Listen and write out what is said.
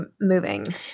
moving